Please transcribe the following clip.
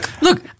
Look